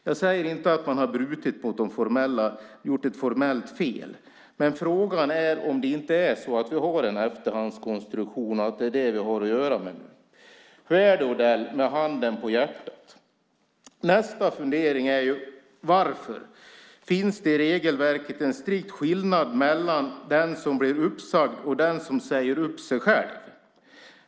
Jag säger inte att man har gjort ett formellt fel. Men frågan är om vi inte har att göra med en efterhandskonstruktion. Hur är det, Odell, med handen på hjärtat? Nästa fundering är varför det i regelverket finns en strikt skillnad mellan den som blir uppsagd och den som säger upp sig själv.